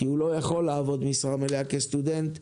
כי הוא לא יכול לעבוד משרה מלאה כסטודנט,